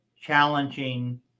challenging